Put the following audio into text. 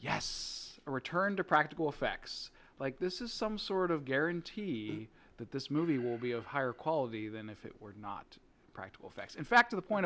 yes or return to practical effects like this is some sort of guarantee that this movie will be of higher quality than if it were not practical effects in fact to the point